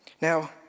Now